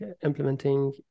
implementing